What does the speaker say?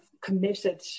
committed